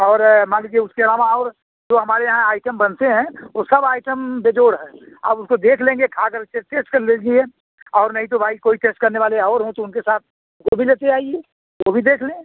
और मान लीजिए उसके अलावा और जो हमारे यहाँ आइटम बनते हैं वो सब आइटम बेजोड़ हैं आप उसको देख लेंगे खाकर के टेस्ट कर लीजिए और नहीं तो भाई कोई टेस्ट करने वाले और हों तो उनके साथ वो भी लेते आइए वो भी देख लें